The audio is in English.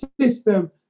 system